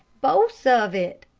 bose of it,